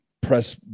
press